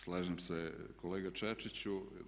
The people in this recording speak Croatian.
Slažem se kolega Čačiću.